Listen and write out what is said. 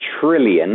trillion